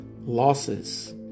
losses